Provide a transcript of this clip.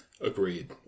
Agreed